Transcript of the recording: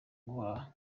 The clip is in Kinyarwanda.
guhaha